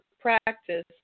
practice